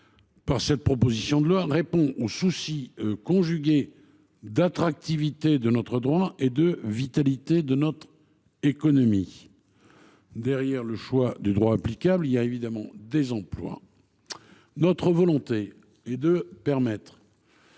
dans cette proposition de loi vise à répondre aux soucis conjugués de l’attractivité de notre droit et de la vitalité de notre économie. Derrière le choix du droit applicable, il y a évidemment des emplois… Notre volonté est de permettre